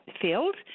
filled